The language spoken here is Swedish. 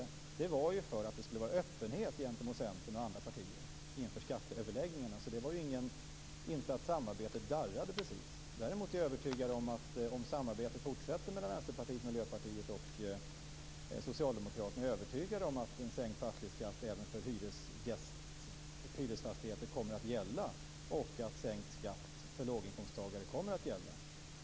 Det var för att det skulle vara öppenhet gentemot Centern och andra partier inför skatteöverläggningarna, så det var inte det att samarbetet darrade. Miljöpartiet och Socialdemokraterna är jag däremot övertygad om att sänkt fastighetsskatt även för hyresfastigheter och sänkt skatt för låginkomsttagare kommer att gälla.